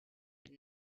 had